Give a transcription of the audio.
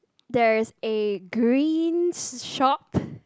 there is a green shop